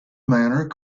manor